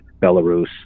Belarus